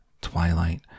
Twilight